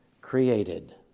created